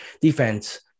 defense